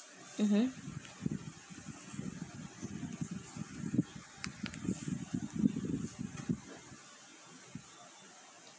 mmhmm